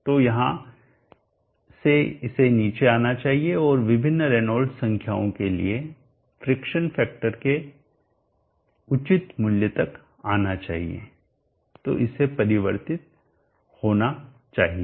तो यहाँ से इसे नीचे आना चाहिए और विभिन्न रेनॉल्ड्स संख्याओं के लिए फ्रिक्शन फैक्टर के उचित मूल्य तक आना चाहिएतो इसे परिवर्तित होना चाहिए